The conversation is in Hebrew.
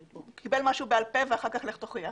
קיבל משהו בעל פה ואחר כך לך תוכיח.